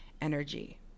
energy